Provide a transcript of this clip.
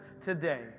today